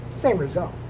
same result.